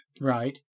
Right